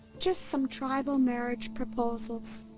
just some tribal marriage proposals,